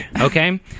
Okay